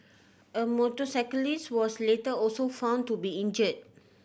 a motorcyclist was later also found to be injure